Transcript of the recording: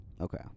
Okay